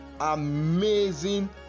Amazing